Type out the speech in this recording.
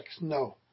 No